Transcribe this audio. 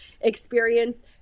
experience